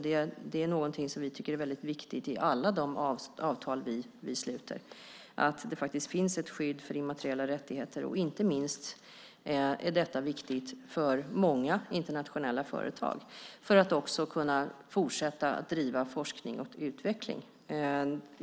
Vi tycker att det är väldigt viktigt att det finns ett skydd för immateriella rättigheter i alla de avtal vi sluter. Detta är inte minst viktigt för många internationella företag för att de ska kunna fortsätta att driva forskning och utveckling.